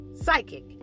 Psychic